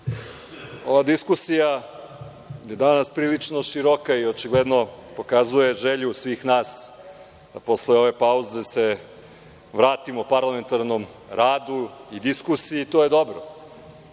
diskusija je danas prilično široka i očigledno pokazuje želju svih nas da se posle ove pauze vratimo parlamentarnom radu i diskusiji, i to je dobro.